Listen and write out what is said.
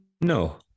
No